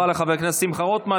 תודה רבה לחבר הכנסת שמחה רוטמן.